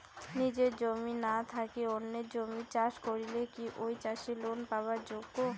নিজের জমি না থাকি অন্যের জমিত চাষ করিলে কি ঐ চাষী লোন পাবার যোগ্য?